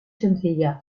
sencilla